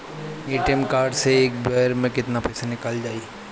ATM card से एक बेर मे केतना पईसा निकल जाई?